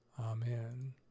Amen